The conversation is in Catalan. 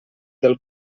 del